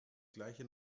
gleiche